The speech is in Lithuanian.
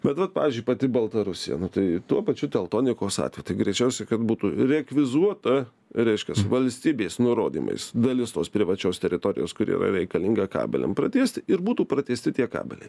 bet vat pavyzdžiui pati baltarusija tai tuo pačiu tektonikos atveju tai greičiausiai kad būtų rekvizuota reiškias valstybės nurodymais dalis tos privačios teritorijos kuri yra reikalinga kabeliam pratiesti ir būtų pratiesti tie kabeliai